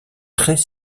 très